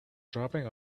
dropping